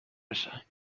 بشه